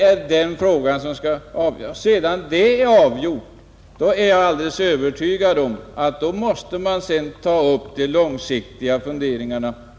När den frågan är avgjord måste man — det är jag alldeles övertygad om — ta upp de långsiktiga planeringarna.